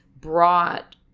brought